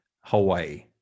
Hawaii